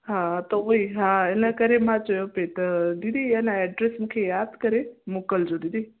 हा त हूअ ई हा इन करे मां चयो पइ त दीदी अ न एड्रेस मूंखे यादि करे मोकिलजो दीदी